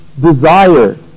desire